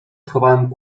schowałem